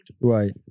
Right